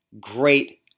great